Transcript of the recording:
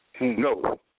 No